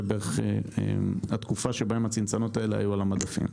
זה בערך התקופה שבה הצנצנות האלה היו על המדפים.